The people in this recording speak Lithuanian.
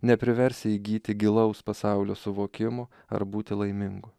nepriversi įgyti gilaus pasaulio suvokimo ar būti laimingu